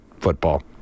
football